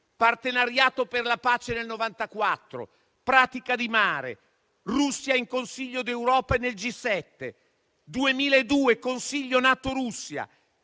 partenariato per la pace nel 1994 a Pratica di Mare; Russia in Consiglio d'Europa e nel G7; nel 2002 il Consiglio NATO-Russia;